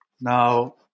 Now